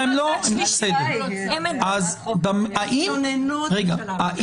הן אפילו לא צד שלישי --- הן מתלוננות --- לא